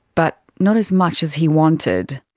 but not as much as he wanted.